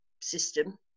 system